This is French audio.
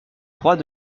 trois